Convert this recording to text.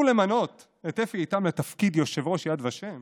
למנות את אפי איתם לתפקיד יושב-ראש יד ושם